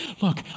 Look